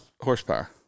horsepower